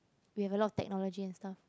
we have a lot of technology and stuff